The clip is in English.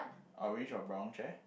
orange or brown chair